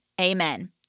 Amen